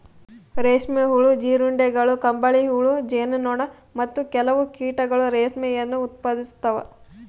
ರೇಷ್ಮೆ ಹುಳು, ಜೀರುಂಡೆಗಳು, ಕಂಬಳಿಹುಳು, ಜೇನು ನೊಣ, ಮತ್ತು ಕೆಲವು ಕೀಟಗಳು ರೇಷ್ಮೆಯನ್ನು ಉತ್ಪಾದಿಸ್ತವ